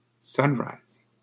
sunrise